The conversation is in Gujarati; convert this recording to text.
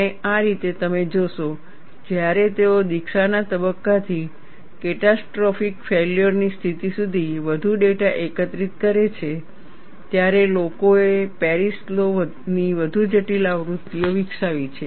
અને આ રીતે તમે જોશો જ્યારે તેઓ દીક્ષાના તબક્કાથી કેટાસ્ટ્રોફીક ફેલ્યોર ની સ્થિતિ સુધી વધુ ડેટા એકત્રિત કરે છે ત્યારે લોકોએ પેરિસ લૉ ની વધુ જટિલ આવૃત્તિઓ વિકસાવી છે